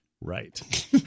Right